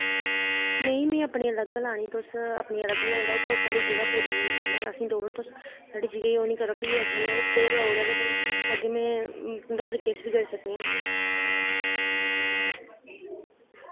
नेईं में अपनी अलग लानी तुस अपनी अलग बनाई लैओ और साढ़ी जगह पूरी असें देईउड़ो तुस साढ़ी जगह ओ नि करो फ्ही अग्गे में स्टे लोआई ओड़ेआ ते फ्ही अग्गै में तुंदे उप्पर केस बी करी सकनीआं